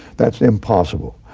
that's impossible.